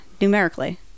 numerically